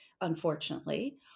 unfortunately